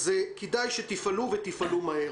אז כדאי שתפעלו מהר.